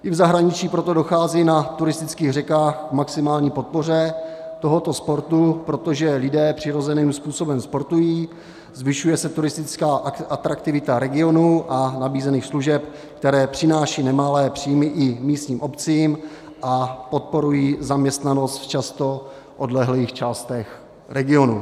I v zahraničí proto dochází na turistických řekách k maximální podpoře tohoto sportu, protože lidé přirozeným způsobem sportují, zvyšuje se turistická atraktivita regionů a nabízených služeb, které přináší nemalé příjmy i místním obcím a podporují zaměstnanost v často odlehlých částech regionů.